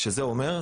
כלומר,